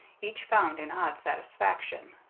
each found an odd satisfaction.